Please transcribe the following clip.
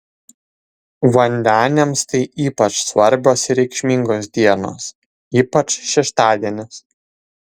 vandeniams tai ypač svarbios ir reikšmingos dienos ypač šeštadienis